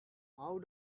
how